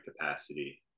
capacity